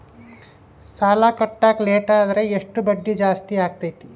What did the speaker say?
ಸಾಲ ಕಟ್ಟಾಕ ಲೇಟಾದರೆ ಎಷ್ಟು ಬಡ್ಡಿ ಜಾಸ್ತಿ ಆಗ್ತೈತಿ?